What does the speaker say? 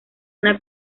una